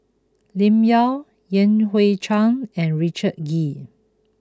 Lim Yau Yan Hui Chang and Richard Kee